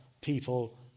people